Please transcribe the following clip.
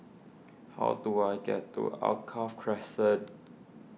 how do I get to Alkaff Crescent